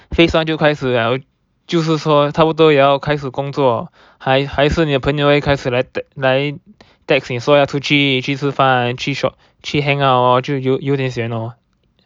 phase one 就开始了就是说差不多也要开始工作还还是你的朋友会开开始来 text 你说要出去去吃饭去 shopping 去 hangout 就就有一点 sian lor